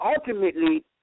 ultimately